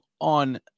on